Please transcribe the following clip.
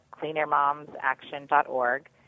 cleanairmomsaction.org